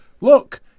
look